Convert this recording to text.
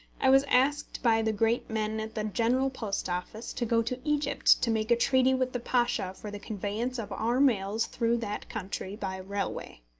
i was asked by the great men at the general post office to go to egypt to make a treaty with the pasha for the conveyance of our mails through that country by railway.